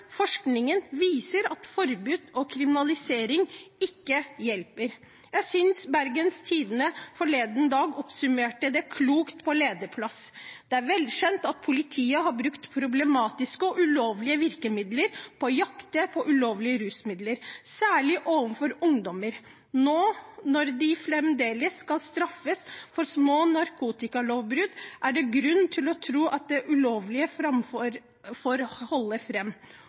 forskningen viser at forbud og kriminalisering ikke hjelper. Jeg synes Bergens Tidende forleden dag oppsummerte det klokt på lederplass: Det er velkjent at politiet har brukt problematiske og ulovlige virkemidler for å jakte på ulovlige rusmidler, særlig overfor ungdommer. Nå når de fremdeles skal straffes for små narkotikalovbrudd, er det grunn til å tro at den ulovlige